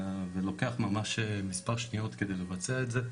ולוקח ממש מספר שניות כדי לבצע את זה,